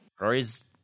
Rory's